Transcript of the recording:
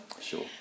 Sure